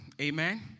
Amen